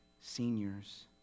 seniors